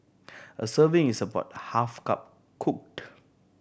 a serving is about half cup cooked